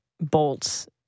Bolts